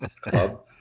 club